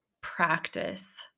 practice